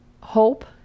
hope